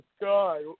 God